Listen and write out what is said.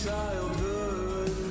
childhood